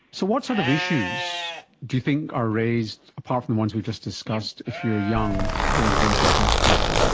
so what sort of issues do you think are raised, apart from the ones we've just discussed, if you're young and diagnosed with breast cancer?